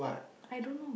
I don't know